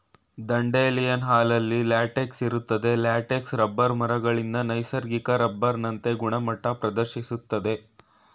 dandelion ಹಾಲಲ್ಲಿ latex ಇರ್ತದೆ latex rubber ಮರಗಳಿಂದ ನೈಸರ್ಗಿಕ ರಬ್ಬರ್ನಂತೆ ಗುಣಮಟ್ಟ ಪ್ರದರ್ಶಿಸ್ತದೆ